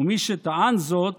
ומי שטען זאת